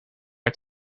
het